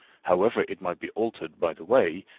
however it might be altered by the way,